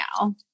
now